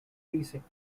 precinct